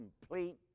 complete